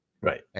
Right